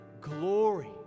glory